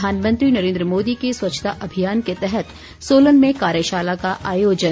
प्रधानमंत्री नरेन्द्र मोदी के स्वच्छता अभियान के तहत सोलन में कार्यशाला का आयोजन